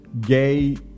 gay